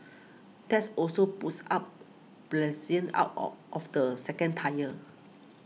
that's also puts up out or of the second tier